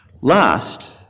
Last